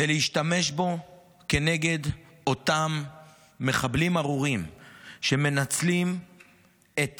ולהשתמש בו כנגד אותם מחבלים ארורים שמנצלים את